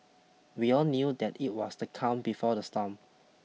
we all knew that it was the calm before the storm